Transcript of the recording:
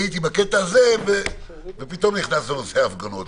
אני הייתי בקטע הזה ופתאום נכנס נושא ההפגנות.